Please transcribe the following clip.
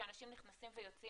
שאנשים נכנסים ויוצאים,